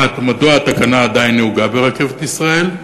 1. מדוע התקנה עדיין נהוגה ברכבת ישראל?